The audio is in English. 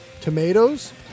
Tomatoes